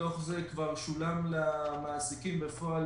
מתוך זה כבר שולם למעסיקים בפועל